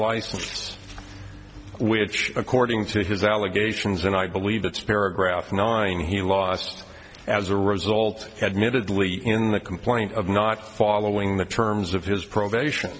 license which according to his allegations and i believe that's paragraph nine he lost as a result admittedly in the complaint of not following the terms of his probation